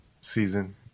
season